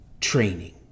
training